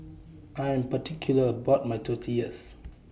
I Am particular about My Tortillas